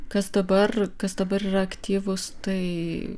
kas dabar kas dabar yra aktyvūs tai